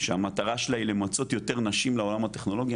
שהמטרה שלה היא למצות יותר נשים לעולם הטכנולוגיה.